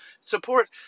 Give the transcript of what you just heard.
support